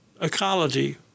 ecology